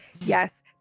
yes